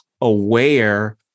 aware